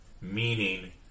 Meaning